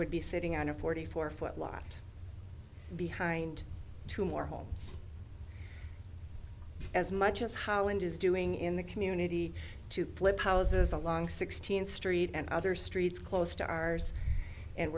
would be sitting on a forty four foot lot behind two more homes as much as holland is doing in the community to plymouth as is a long sixteenth street and other streets close to ours and